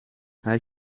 hij